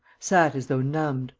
sat as though numbed,